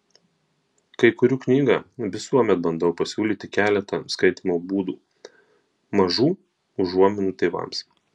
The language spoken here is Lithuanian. kai kuriu knygą visuomet bandau pasiūlyti keletą skaitymo būdų mažų užuominų tėvams